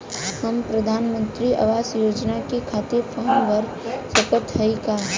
हम प्रधान मंत्री आवास योजना के खातिर फारम भर सकत हयी का?